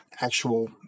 actual